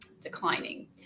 declining